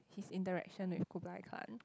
his interaction with Kublai Khan